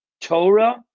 Torah